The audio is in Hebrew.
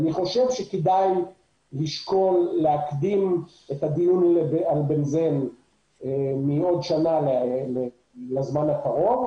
אני חושב שכדאי לשקול להקדים את הדיון על בנזן מעוד שנה לזמן הקרוב,